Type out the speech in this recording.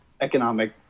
economic